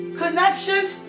connections